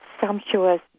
sumptuous